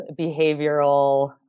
behavioral